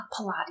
Pilates